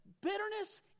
Bitterness